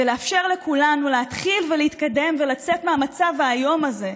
ולאפשר לכולנו להתחיל ולהתקדם ולצאת מהמצב האיום הזה,